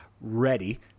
ready